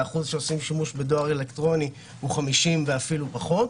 האחוז שעושים שימוש בדואר אלקטרוני הוא 50% ואפילו פחות.